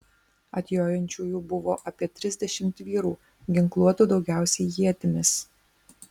atjojančiųjų buvo apie trisdešimt vyrų ginkluotų daugiausiai ietimis